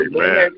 Amen